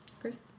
Chris